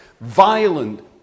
violent